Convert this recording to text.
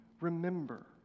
remember